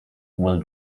will